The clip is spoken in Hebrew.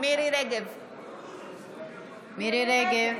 מירי מרים רגב,